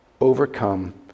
Overcome